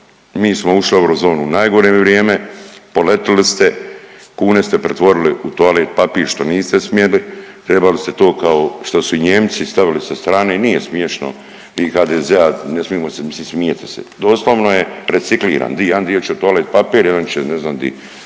mi smo ušli u eurozonu u najgore vrijeme, poletili ste, kune ste pretvorili u toalet papir, što niste smjeli, trebali ste to kao što su i Nijemci stavili sa strane i nije smiješno, vi HDZ-a, ne smijemo, mislim smijete se, doslovno je recikliran. Jedan dio će toalet papir, jedan će ne znam di.